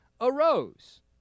arose